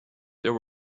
there